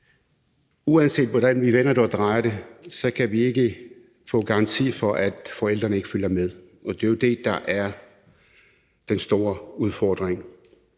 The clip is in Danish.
uanset hvordan vi vender og drejer det, kan vi ikke få garanti for, at forældrene ikke følger med, og det er jo det, der er den store udfordring.